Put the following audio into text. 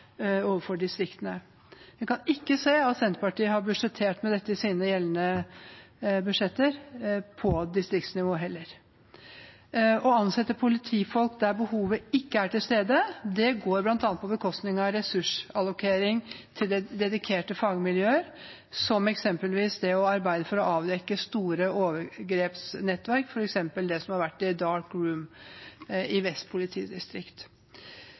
overfor distriktene. Jeg kan ikke se at Senterpartiet har budsjettert med dette i sine gjeldende budsjetter, ikke på distriktsnivå heller. Å ansatte politifolk der behovet ikke er til stede, går på bekostning av f.eks. ressursallokering til dedikerte fagmiljøer, eksempelvis det å arbeide for å avdekke store overgrepsnettverk som Dark Room, i